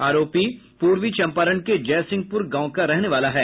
आरोपी पूर्वी चंपारण के जय सिंहपुर गांव का रहने वाला है